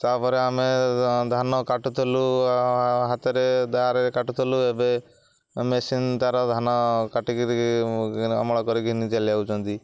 ତାପରେ ଆମେ ଧାନ କାଟୁଥିଲୁ ହାତରେ ଦା ରେ କାଟୁଥିଲୁ ଏବେ ମେସିନ୍ ତାର ଧାନ କାଟିକିରି ଅମଳ କରିକିିନି ଚାଲିଯାଉଛି